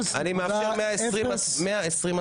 אני מאפשר 120 הצבעות.